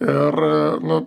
ir nu